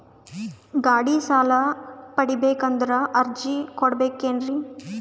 ಗಾಡಿ ಸಾಲ ಪಡಿಬೇಕಂದರ ಅರ್ಜಿ ಕೊಡಬೇಕೆನ್ರಿ?